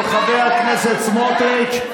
של חבר הכנסת סמוטריץ'.